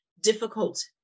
difficult